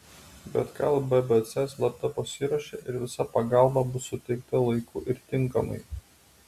bet gal bpc slapta pasiruošė ir visa pagalba bus suteikta laiku ir tinkamai